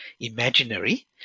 imaginary